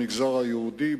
במגזר היהודי,